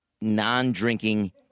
non-drinking